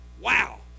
Wow